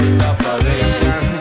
separation